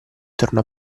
tornò